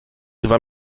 dwa